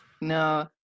No